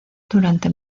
durante